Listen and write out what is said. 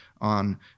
on